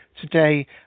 today